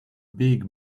big